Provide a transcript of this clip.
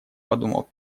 подумал